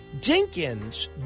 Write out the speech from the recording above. Dinkins